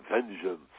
vengeance